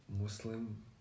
Muslim